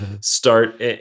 start